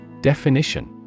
Definition